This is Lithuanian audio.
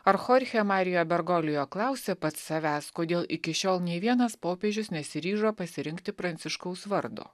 ar chorchija marijo bergolijo klausė pats savęs kodėl iki šiol nė vienas popiežius nesiryžo pasirinkti pranciškaus vardo